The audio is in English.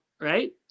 right